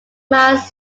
miles